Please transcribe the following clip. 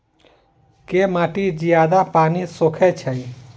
केँ माटि जियादा पानि सोखय छै?